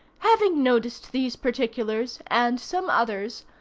having noticed these particulars, and some others,